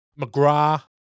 McGrath